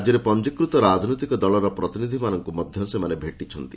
ରାଜ୍ୟର ପଞ୍ଜିକ୍ତ ରାଜନୈତିକ ଦଳର ପ୍ରତିନିଧୂମାନଙ୍କ ମଧ୍ୟ ସେମାନଙ୍କୁ ଭେଟିଛନ୍ତି